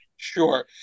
Sure